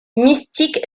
mystique